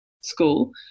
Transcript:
school